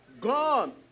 gone